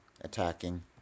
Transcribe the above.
attacking